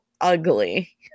ugly